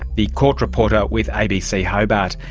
the court reporter with abc hobart.